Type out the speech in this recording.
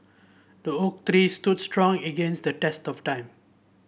the oak tree stood strong against the test of time